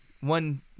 one